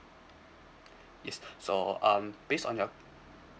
yes so um based on your